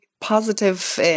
positive